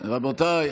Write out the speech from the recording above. רבותיי,